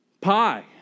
pie